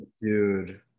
Dude